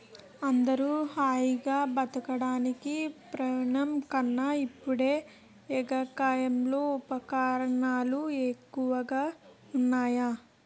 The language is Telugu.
అందరూ హాయిగా బతకడానికి పూర్వం కన్నా ఇప్పుడే ఎగసాయంలో ఉపకరణాలు ఎక్కువగా ఉన్నాయ్